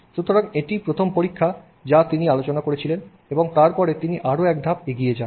সুতরাং এটিই প্রথম পরীক্ষা যা তিনি আলোচনা করেছিলেন এবং তারপরে তিনি আরও এক ধাপ এগিয়ে যান